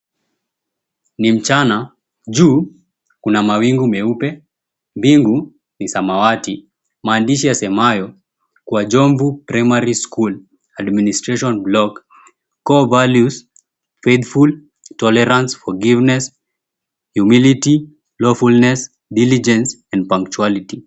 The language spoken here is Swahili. Ni mchana juu kuna mawingu meupe mbingu ni samawati maandishi yasemayo Kwa Jomvu Primary School Administration Block Core Values Faithful, Tolerance, Forgiveness, Humility, Lawfulness, Diligence and Punctuality.